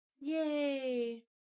Yay